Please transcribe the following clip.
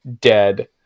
dead